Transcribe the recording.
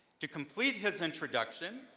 to complete his introduction,